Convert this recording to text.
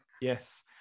Yes